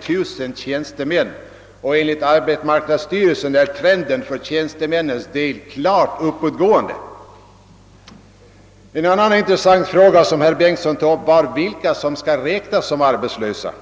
2 000 tjänstemän, och enligt arbetsmarknadsstyrelsen är arbetslöshetstrenden för tjänstemännen klart uppåtgående. En annan intressant fråga som herr Bengtsson tog upp var vilka som skall räknas som arbetslösa.